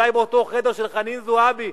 אולי באותו חדר של חנין זועבי,